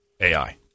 AI